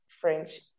French